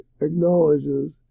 acknowledges